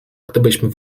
gdybyśmy